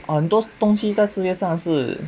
很多东西的世界上是